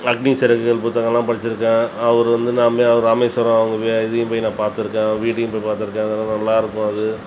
அக்னி சிறகுகள் புத்தகம்லாம் படிச்சிருக்கேன் அவர் வந்து நான் போய் அவர் ராமேஸ்வரம் அவங்க வே இதியும் போய் நான் பார்த்துருக்கேன் அவர் வீட்டையும் போய் பார்த்துருக்கேன் அதெலாம் நல்லாருக்கும் அது